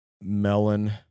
melon